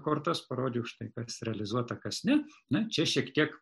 kortas parodžiau štai kas realizuota kas ne na čia šiek tiek